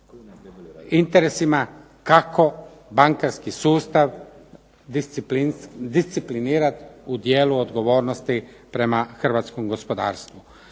interesima kako bankarski sustav disciplinirati u dijelu odgovornosti prema hrvatskom gospodarstvu.